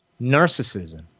Narcissism